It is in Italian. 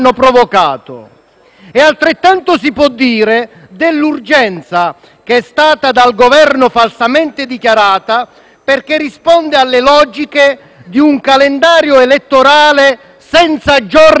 Altrettanto si può dire dell'urgenza, dal Governo falsamente dichiarata, perché risponde alle logiche di un calendario elettorale senza giorni di riposo,